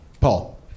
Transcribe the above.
Paul